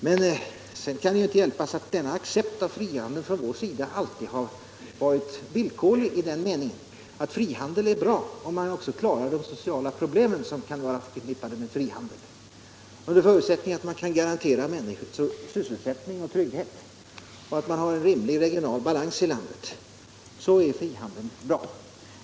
Men det kan inte hjälpas att denna accept av frihandel från vår sida alltid har varit villkorlig i den meningen att frihandel är bra om man också klarar de sociala problem som kan vara förknippade därmed. Under förutsättning att man kan garantera män niskor sysselsättning och trygghet och att man har en rimlig regional balans i landet är frihandel bra.